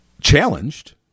challenged